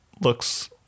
looks